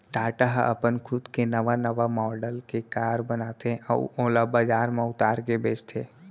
टाटा ह अपन खुद के नवा नवा मॉडल के कार बनाथे अउ ओला बजार म उतार के बेचथे